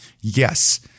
yes